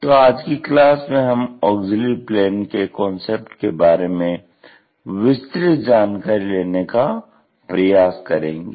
तो आज की क्लास में हम ऑग्ज़िल्यरी प्लेन के कांसेप्ट के बारे में विस्तृत जानकारी लेने का प्रयास करेंगे